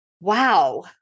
wow